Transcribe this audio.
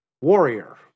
warrior